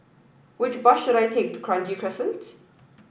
which bus should I take to Kranji Crescent